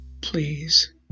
please